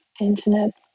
internet